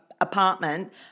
Apartment